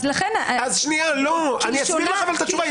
אני אתן לך את התשובה.